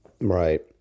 Right